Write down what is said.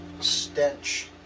stench